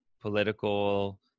political